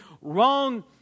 wrong